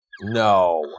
No